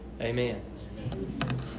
Amen